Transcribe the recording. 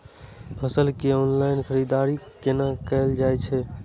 फसल के ऑनलाइन खरीददारी केना कायल जाय छै?